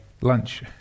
lunch